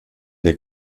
der